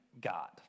God